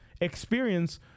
experience